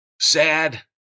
Sad